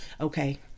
okay